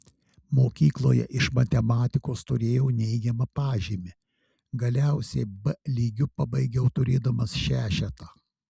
mokykloje iš matematikos turėjau neigiamą pažymį galiausiai b lygiu pabaigiau turėdamas šešetą